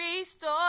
ReStore